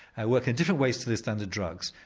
and work in different ways to the standard drugs.